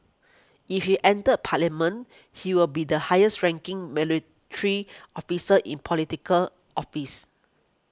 if he enters parliament he will be the highest ranking military officer in Political Office